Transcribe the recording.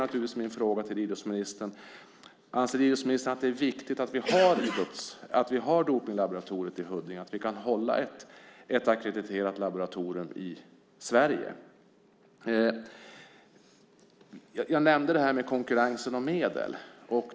Anser idrottsministern att det är viktigt att vi har Dopinglaboratoriet i Huddinge och att vi kan hålla ett ackrediterat laboratorium i Sverige? Jag nämnde konkurrensen om medel.